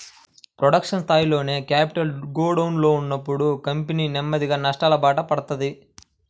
production స్థాయిలోనే capital గోడౌన్లలో ఉన్నప్పుడు కంపెనీ నెమ్మదిగా నష్టాలబాట పడతది